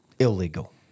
Illegal